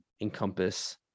encompass